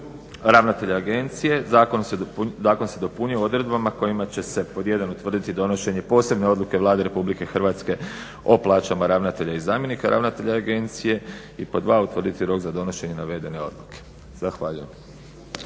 ravnatelj agencije zakon se dopunjuje odredbama kojima će se pod 1) utvrditi donošenje posebne odluke Vlade RH o plaćama ravnatelja i zamjenika ravnatelja agencije i pod 2) utvrditi rok za donošenje navedene odluke. Zahvaljujem.